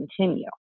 continue